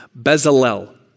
Bezalel